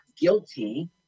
guilty